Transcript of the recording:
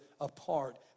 apart